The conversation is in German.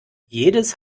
jedes